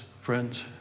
friends